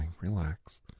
relax